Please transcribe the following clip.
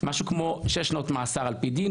משהו כמו שש שנות מאסר על פי דין.